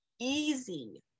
easy